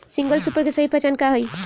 Single super के सही पहचान का हई?